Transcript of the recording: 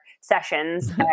sessions